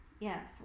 Yes